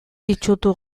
itsutu